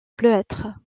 bleuâtre